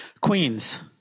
Queens